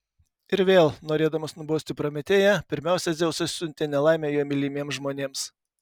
ir vėl norėdamas nubausti prometėją pirmiausia dzeusas siuntė nelaimę jo mylimiems žmonėms